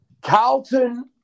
Carlton